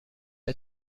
های